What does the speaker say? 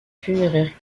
funéraires